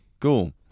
cool